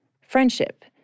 friendship